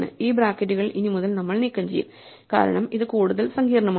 ഈ ബ്രാക്കറ്റുകൾ ഇനി മുതൽ നമ്മൾ നീക്കംചെയ്യും കാരണം ഇത് കൂടുതൽ സങ്കീർണമാണ്